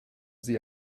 sie